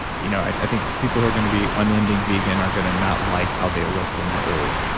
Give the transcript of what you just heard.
you know i think people who are going to be unending vegan are going to not like how they'll look when they're old,